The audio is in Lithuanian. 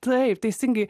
taip teisingai